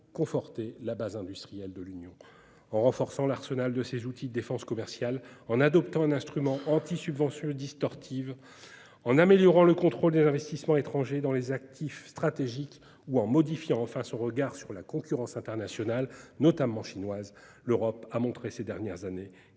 conforter la base industrielle de l'Union. En renforçant l'arsenal de ses outils de défense commerciale, en adoptant un instrument antisubventions « distorsives », en améliorant le contrôle des investissements étrangers dans les actifs stratégiques ou en modifiant enfin son regard sur la concurrence internationale, notamment chinoise, l'Europe a montré ces dernières années